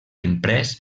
imprès